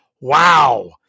Wow